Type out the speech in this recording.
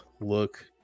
look